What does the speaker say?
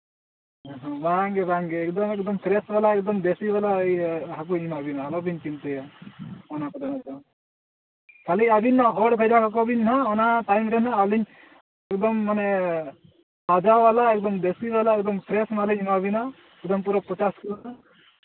ᱵᱟᱝᱜᱮ ᱵᱟᱝᱜᱮ ᱮᱠᱫᱚᱢ ᱮᱠᱫᱚᱢ ᱯᱷᱨᱮᱥ ᱵᱟᱞᱟ ᱮᱠᱫᱚᱢ ᱫᱮᱥᱤ ᱵᱟᱞᱟ ᱤᱭᱟᱹ ᱦᱟᱹᱠᱩᱧ ᱮᱢᱟ ᱵᱤᱱᱟ ᱟᱞᱚᱵᱤᱱ ᱪᱤᱱᱛᱟᱹᱭᱟ ᱚᱱᱟ ᱠᱚᱫᱚ ᱦᱳᱭᱛᱳ ᱠᱷᱟᱹᱞᱤ ᱟᱹᱵᱤᱱ ᱢᱟ ᱦᱚᱲ ᱵᱷᱮᱡᱟ ᱠᱟᱠᱚᱵᱤᱱ ᱦᱟᱸᱜ ᱚᱱᱟ ᱴᱟᱭᱤᱢ ᱨᱮ ᱦᱟᱸᱜ ᱟᱹᱞᱤᱧ ᱮᱠᱫᱚᱢ ᱢᱟᱱᱮ ᱛᱟᱡᱟ ᱵᱟᱞᱟ ᱮᱠᱫᱚᱢ ᱫᱮᱥᱤ ᱵᱟᱞᱟ ᱮᱠᱫᱚᱢ ᱯᱷᱨᱮᱥ ᱢᱟᱞ ᱤᱧ ᱮᱢᱟᱵᱤᱱᱟ ᱮᱠᱫᱚᱢ ᱯᱩᱨᱟᱹ ᱯᱚᱪᱟᱥ ᱠᱤᱞᱳ